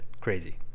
crazy